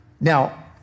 Now